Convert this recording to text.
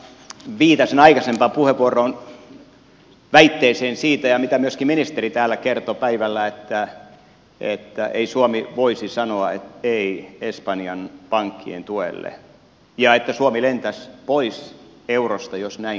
edustaja viitasen aikaisempaan puheenvuoroon väitteeseen siitä ja mitä myöskin ministeri täällä kertoi päivällä että ei suomi voisi sanoa ei espanjan pankkien tuelle ja että suomi lentäisi pois eurosta jos näin kävisi